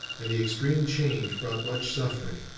and the extreme change brought much suffering.